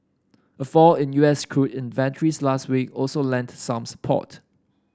a fall in U S crude inventories last week also lent some support